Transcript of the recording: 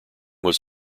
was